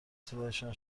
صدایشان